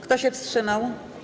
Kto się wstrzymał?